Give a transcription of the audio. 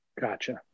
Gotcha